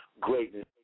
greatness